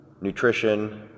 nutrition